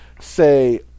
Say